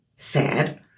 sad